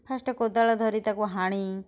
first କୋଦାଳ ଧରି ତାକୁ ହାଣି